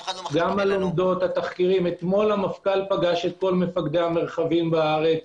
אתמול המפכ"ל פגש את כל מקדי המרחבים בארץ,